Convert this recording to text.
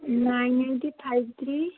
nine eight five three